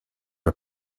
are